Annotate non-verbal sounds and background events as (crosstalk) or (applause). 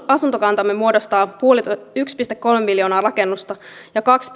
asuntokantamme muodostaa yksi pilkku kolme miljoonaa rakennusta ja kaksi (unintelligible)